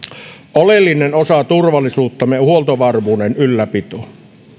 oleellinen osa turvallisuuttamme on huoltovarmuuden ylläpito